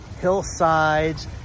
hillsides